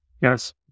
yes